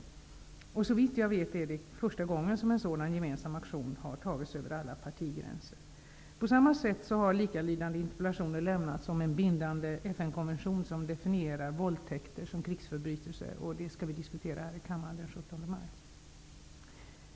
Såvitt jag vet är det första gången som en sådan gemensam aktion över alla partigränser görs. På samma sätt har likalydande interpellationer om en bindande FN konvention som definierar våldtäkter som krisförbrytelser lämnats, som vi skall diskutera den 17 maj här i kammaren.